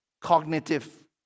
cognitive